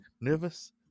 nervous